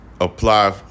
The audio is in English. apply